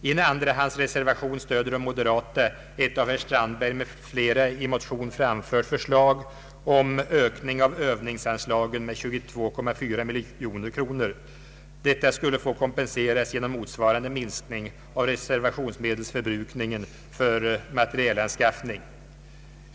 I en andrahandsreservation stöder de moderata ett av herr Strandberg m.fl. i motion framfört förslag om ökning av Öövningsanslagen med 22,4 miljoner kronor. Denna ökning skulle få kompenseras genom motsvarande minskning av reservationsmedelsförbrukningen för materielanskaffning.